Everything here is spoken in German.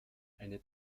eine